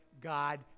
God